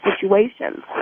situations